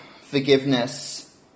forgiveness